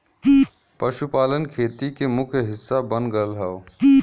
पशुपालन खेती के मुख्य हिस्सा बन गयल हौ